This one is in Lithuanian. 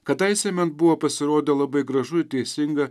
kadaise man buvo pasirodę labai gražu ir teisinga